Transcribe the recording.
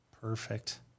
Perfect